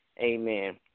amen